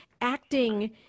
acting